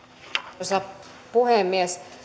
arvoisa puhemies